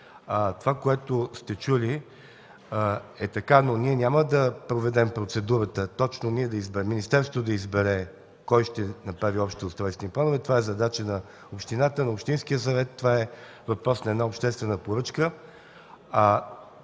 това, което сте чули, е така. Но ние няма да проведем процедурата точно министерството да избере кой ще направи общите устройствени планове, това е задача на общината, на общинския съвет. Това е въпрос на обществена поръчка.